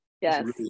yes